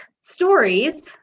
stories